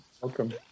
Welcome